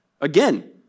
Again